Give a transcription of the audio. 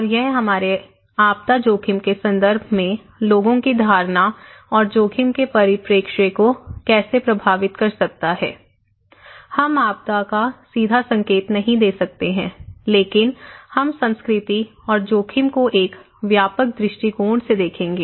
और यह हमारे आपदा जोखिम के संदर्भ में लोगों की धारणा और जोखिम के परिप्रेक्ष्य को कैसे प्रभावित कर सकता है हम आपदा का सीधा संकेत नहीं दे सकते हैं लेकिन हम संस्कृति और जोखिम को एक व्यापक दृष्टिकोण से देखेंगे